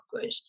good